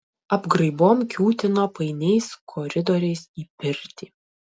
apgraibom kiūtino painiais koridoriais į pirtį